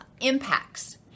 impacts